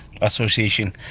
association